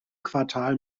quartal